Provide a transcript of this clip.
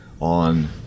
on